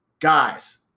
guys